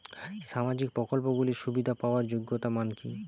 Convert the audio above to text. সামাজিক প্রকল্পগুলি সুবিধা পাওয়ার যোগ্যতা মান কি?